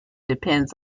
depends